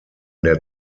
der